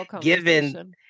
given